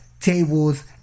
tables